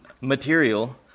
material